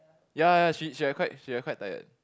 ya ya ya she she like quite she like quite tired